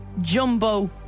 jumbo